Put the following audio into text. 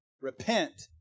repent